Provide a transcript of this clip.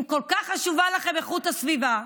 אם כל כך חשובה לכם איכות הסביבה,